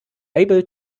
able